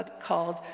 called